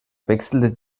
wechselte